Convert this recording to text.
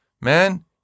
man